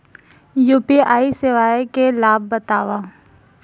UPI सेवाएं के लाभ बतावव?